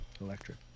Electric